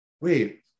Wait